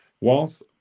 whilst